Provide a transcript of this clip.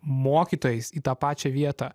mokytojais į tą pačią vietą